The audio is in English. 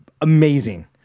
amazing